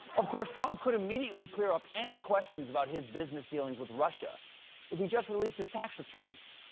of course, trump could immediately clear up any questions about his business dealings with russia if he just released his tax returns.